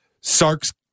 Sark's